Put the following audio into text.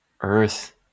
earth